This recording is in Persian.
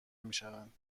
میشوند